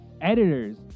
editors